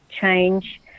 change